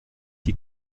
die